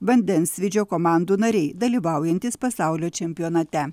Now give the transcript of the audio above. vandensvydžio komandų nariai dalyvaujantys pasaulio čempionate